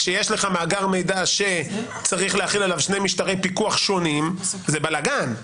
כשיש לך מאגר מידע שצריך להחיל עליו שני משטרי פיקוח שונים זה בלאגן.